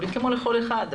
כמו לכל אחד,